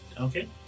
Okay